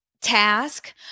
task